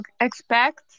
expect